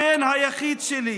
הבן היחיד שלי.